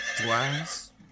twice